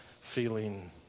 feeling